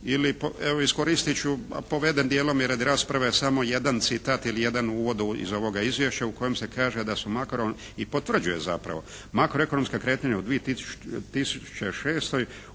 Ili, evo iskoristit ću, poveden dijelom i radi rasprave samo jedan citat ili jedan uvod iz ovoga Izvješća u kojem se kaže da su makro, i potvrđuje zapravo, makroekonomska kretanja u 2006.